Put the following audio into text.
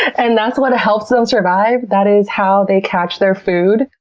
and that's what helps them survive. that is how they catch their food.